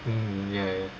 mm ya ya